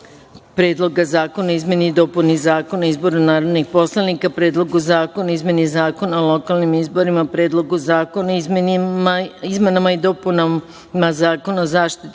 Predlogu zakona o izmeni i dopuni Zakona o izboru narodnih poslanika; Predlogu zakona o izmeni Zakona o lokalnim izborima; Predlogu zakona o izmenama i dopunama Zakona o zaštiti